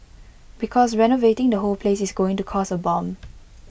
because renovating the whole place is going to cost A bomb